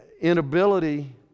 inability